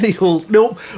nope